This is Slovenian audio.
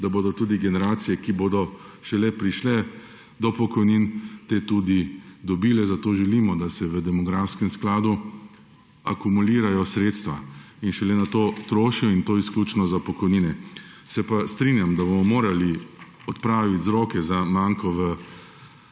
da bodo tudi generacije, ki bodo šele prišle do pokojnin, le-te tudi dobile. Zato želimo, da se v demografskem skladu akumulirajo sredstva in šele nato trošijo; in to izključno za pokojnine. Se pa strinjam, da bomo morali odpraviti vzroke za manko v